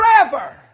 Forever